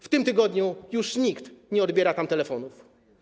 W tym tygodniu już nikt nie odbiera tam telefonów.